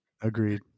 Agreed